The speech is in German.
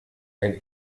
ein